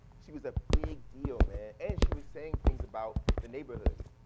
she was a big deal man and she was saying things about the neighborhoods.